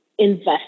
invest